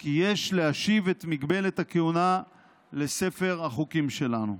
כי יש להשיב את הגבלת הכהונה לספר החוקים שלנו.